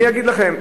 אני אגיד לכם.